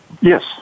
Yes